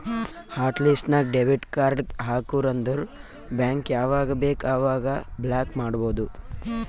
hot list ನಾಗ್ debit card ಹಾಕುರ್ ಅಂದುರ್ ಬ್ಯಾಂಕ್ ಯಾವಾಗ ಬೇಕ್ ಅವಾಗ ಬ್ಲಾಕ್ ಮಾಡ್ಬೋದು